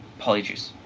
Polyjuice